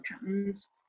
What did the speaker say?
patterns